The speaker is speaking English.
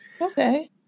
Okay